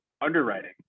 underwriting